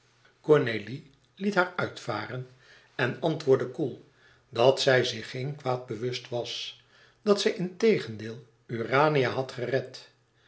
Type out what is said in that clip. liet haar uitvaren en antwoordde koel dat zij zich geen kwaad bewust was dat zij integendeel urania had gered